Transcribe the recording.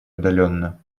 отдалённо